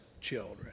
children